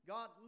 God